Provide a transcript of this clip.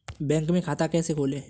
Bank में खाता कैसे खोलें?